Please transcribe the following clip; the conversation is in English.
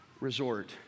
resort